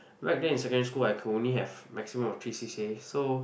back then in secondary school I could only have maximum of three c_c_a so